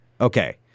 Okay